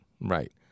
right